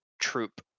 troop